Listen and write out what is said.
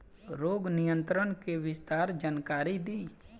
रोग नियंत्रण के विस्तार जानकारी दी?